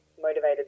motivated